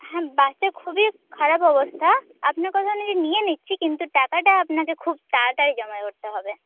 বাচ্চার খুবই খারাপ অবস্থা আপনার কথা অনুযায়ী নিয়ে নিচ্ছি কিন্তু টাকাটা আপনাকে খুব তাড়াতাড়ি জমা করতে হবে